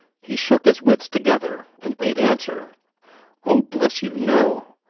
he shook his wits together, and made answer oh, bless you, no!